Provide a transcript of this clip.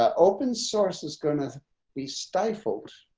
ah open source is going to be stifled.